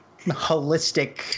holistic